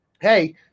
Hey